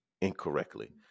incorrectly